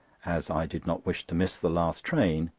as i did not wish to miss the last train,